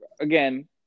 Again